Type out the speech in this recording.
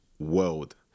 world